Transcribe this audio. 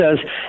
says